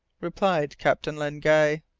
replied captain len guy.